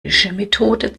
methode